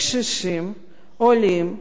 עולים מכל המדינות,